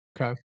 okay